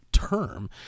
term